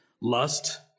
lust